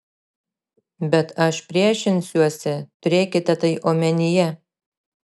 bet aš priešinsiuosi turėkite tai omenyje